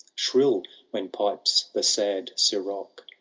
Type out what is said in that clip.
shrill when pipes the sad siroc,